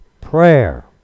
prayer